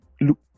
look